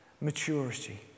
maturity